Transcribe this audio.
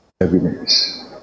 Evidence